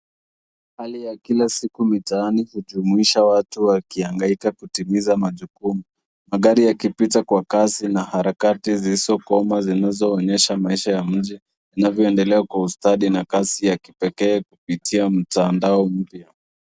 Hali ya kila siku mitaani hujumisha watu wakihangaika kutimiza majukumu magari yakipita kwa kasi na harakati zisokoma zinazoonyesha maisha ya mji inavyoendelea kwa ustadi na kasi ya kipekee kupitia mtandao mpya.